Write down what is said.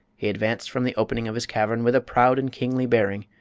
he advanced from the opening of his cavern with a proud and kingly bearing,